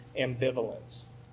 ambivalence